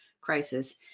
crisis